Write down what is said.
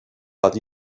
but